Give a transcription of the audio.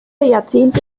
jahrzehnte